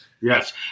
Yes